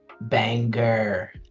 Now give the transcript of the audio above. Banger